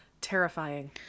Terrifying